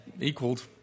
equaled